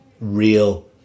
real